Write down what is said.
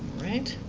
right.